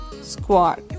squat